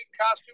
costume